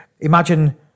imagine